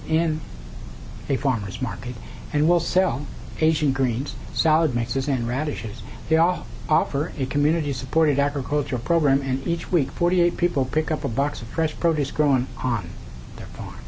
in a farmer's market and will sell asian greens salad mixes and radishes they all offer a community supported agriculture program and each week forty eight people pick up a box of fresh produce grown on their